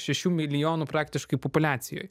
šešių milijonų praktiškai populiacijoj